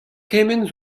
kement